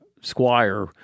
Squire